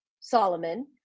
Solomon